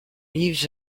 lives